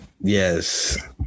Yes